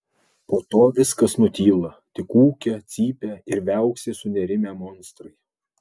po to viskas nutyla tik ūkia cypia ir viauksi sunerimę monstrai